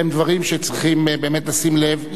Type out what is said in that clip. אלה הם דברים שצריכים לשים לב,